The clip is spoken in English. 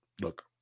look